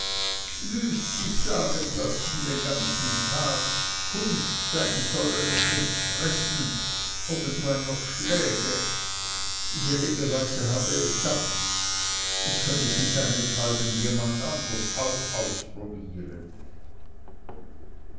sich sagen lassen den ganzen tag hund sein sollen und nichts fressen obendrein noch schläge diese lebweise habe es satt es könne sie seinethalben jemand anderes auch probieren